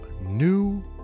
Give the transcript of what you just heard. new